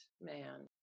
man